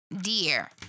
Dear